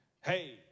Hey